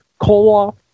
Koloff